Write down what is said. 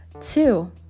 Two